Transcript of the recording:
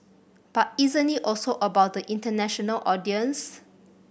but isn't it also about the international audience